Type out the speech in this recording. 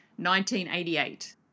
1988